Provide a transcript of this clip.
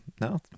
No